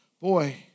boy